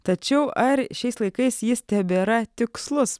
tačiau ar šiais laikais jis tebėra tikslus